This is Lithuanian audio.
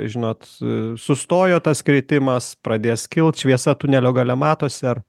žinot sustojo tas kritimas pradės kilt šviesa tunelio gale matosi ar